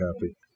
happy